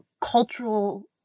cultural